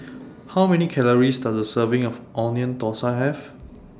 How Many Calories Does A Serving of Onion Thosai Have